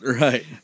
Right